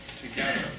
together